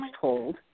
told